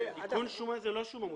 תיקון שומה זה לא שומה מוסכמת.